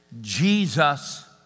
Jesus